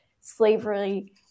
slavery